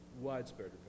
Widespread